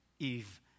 Eve